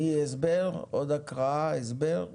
תני הסבר, עוד הקראה, הסבר.